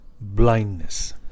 blindness